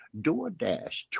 DoorDash